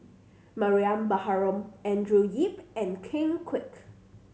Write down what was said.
Mariam Baharom Andrew Yip and Ken Kwek